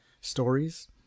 stories